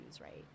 right